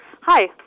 Hi